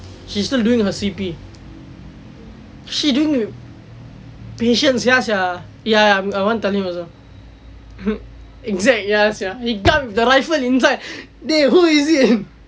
she's still doing her C_P she dealing with patients ya sia ya ya I want to tell him also exact ya sia eh come the rifle inside dey who is it